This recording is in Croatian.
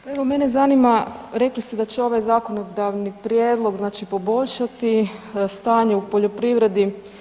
Pa evo mene zanima, rekli ste da će ovaj zakonodavni prijedlog znači poboljšati stanje u poljoprivredi.